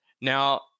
Now